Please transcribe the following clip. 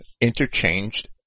interchanged